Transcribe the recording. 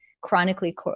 chronically